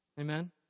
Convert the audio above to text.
Amen